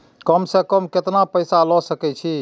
कम से कम केतना पैसा ले सके छी?